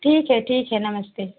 ठीक है ठीक है नमस्ते